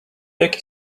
jaki